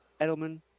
Edelman